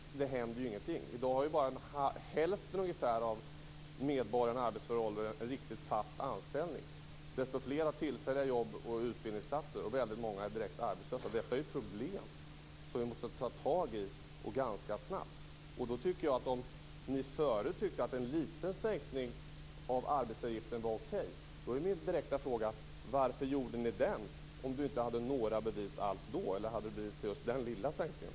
Det händer ju ingenting. I dag har bara ungefär hälften av medborgarna i arbetsför ålder en riktig fast anställning. Många har tillfälliga jobb och utbildningsplatser. Väldigt många är också direkt arbetslösa. Detta är ett problem som vi måste ta tag i, och det granska snabbt. Om ni förut tyckte att en liten sänkning av arbetsgivaravgiften var okej är min direkta fråga: Varför genomförde ni den om ni hade bevis alls då? Eller hade ni bevis som gällde just den lilla sänkningen?